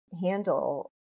handle